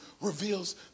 reveals